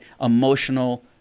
emotional